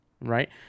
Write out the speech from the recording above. Right